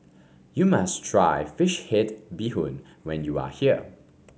you must try fish head Bee Hoon when you are here